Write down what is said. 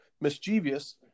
mischievous